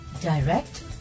direct